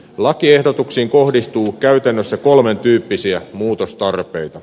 lakiehdotuksiin kohdistuu käytännössä kolmentyyppisiä muutostarpeita